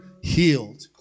healed